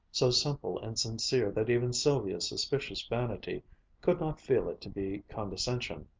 so simple and sincere that even sylvia's suspicious vanity could not feel it to be condescension.